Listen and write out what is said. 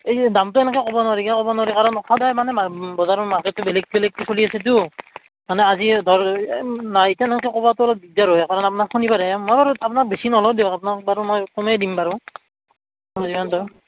এই দামটো এনেকৈ ক'ব নৰি কে ক'ব নৰি কাৰণ সদায় মানে বজাৰৰ মাৰ্কেটটো বেলেগ বেলেগকৈ চলি আছেতো মানে আজিয়ে ধৰ এই নাই ইতান তেনকৈ কৱাটো অলপ দিগদাৰ হ'ৱে কাৰণ আপনাৰ শনিবাৰেহে মই বাৰু আপোনাক বেছি নলওঁ দিয়ক আপোনাক বাৰু মই কমেই দিম বাৰু যিমান পাৰোঁ